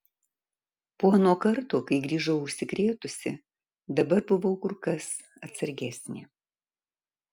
po ano karto kai grįžau užsikrėtusi dabar buvau kur kas atsargesnė